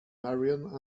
marion